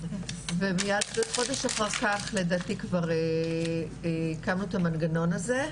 ומייד חודש אחר כך לדעתי כבר הקמנו את המנגנון הזה,